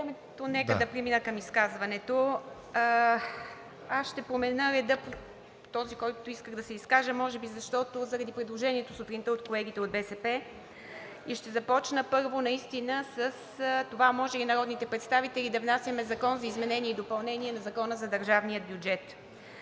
нека да премина към изказването. Аз ще променя реда, по който исках да се изкажа, заради предложението от сутринта на колегите от БСП. И ще започна първо с това може ли народните представители да внасяме Закон за изменение и допълнение на Закона за държавния бюджет?